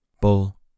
Bull